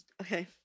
okay